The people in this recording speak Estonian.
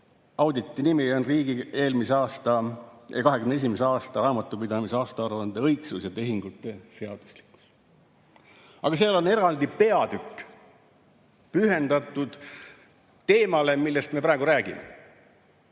auditit, mille nimi on "Riigi 2021. aasta raamatupidamise aastaaruande õigsus ja tehingute seaduslikkus". Aga seal on eraldi peatükk pühendatud teemale, millest me praegu räägime